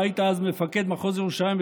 אתה היית אז מפקד מחוז ירושלים,